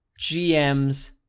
GM's